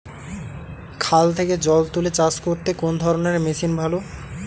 খাল থেকে জল তুলে চাষ করতে কোন ধরনের মেশিন ভালো?